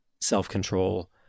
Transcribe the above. self-control